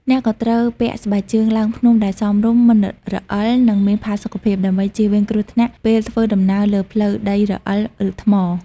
អ្នកក៏ត្រូវពាក់ស្បែកជើងឡើងភ្នំដែលសមរម្យ មិនរអិល និងមានផាសុកភាព ដើម្បីជៀសវាងគ្រោះថ្នាក់ពេលធ្វើដំណើរលើផ្លូវដីរអិល ឬថ្ម។